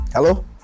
Hello